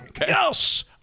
Yes